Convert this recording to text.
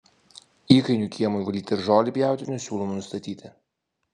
įkainių kiemui valyti ar žolei pjauti nesiūloma nustatyti